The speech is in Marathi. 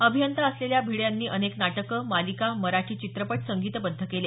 अभियंता असलेल्या भिडे यांनी अनेक नाटकं मालिका मराठी चित्रपट संगीतबद्ध केले